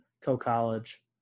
co-college